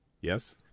Yes